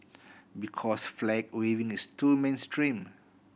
because flag waving is too mainstream